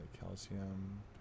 Calcium